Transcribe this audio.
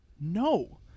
No